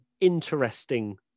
interesting